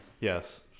Yes